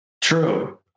True